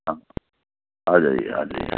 ہاں آ جائیے آ جائیے